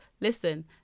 listen